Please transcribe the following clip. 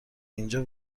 اینجا